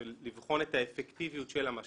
של לבחון את האפקטיביות של המשאבים,